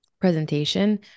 presentation